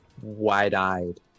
wide-eyed